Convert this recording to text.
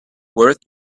worth